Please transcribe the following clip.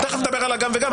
תכף נדבר על ה"גם וגם",